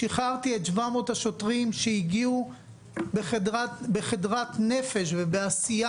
שחררתי את 700 השוטרים שהגיעו בחרדת נפש ובעשייה